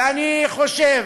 ואני חושב